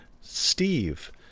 Steve